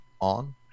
On